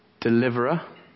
deliverer